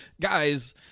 guys